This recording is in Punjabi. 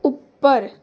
ਉੱਪਰ